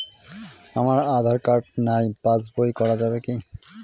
আমার আঁধার কার্ড নাই পাস বই করা যাবে কি?